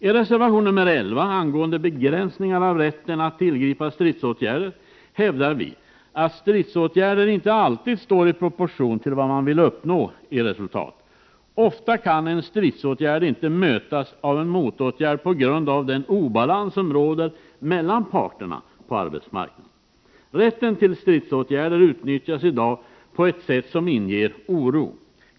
I reservation nr 11 angående begränsningar av rätten att tillgripa stridsåtgärder hävdar vi att stridsåtgärderna inte alltid står i proportion till vad man vill uppnå i form av resultat. Ofta kan en stridsåtgärd inte mötas av en motåtgärd på grund av den obalans som råder mellan parterna på arbetsmarknaden. Rätten till stridsåtgärder utnyttjas i dag på ett sätt som inger oro.